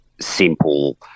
simple